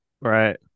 Right